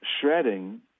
shredding